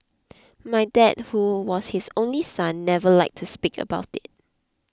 my dad who was his only son never liked to speak about it